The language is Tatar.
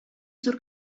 зур